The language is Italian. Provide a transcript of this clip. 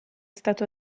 stato